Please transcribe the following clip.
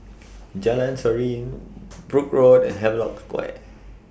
Jalan Serene Brooke Road Havelock Square